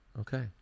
okay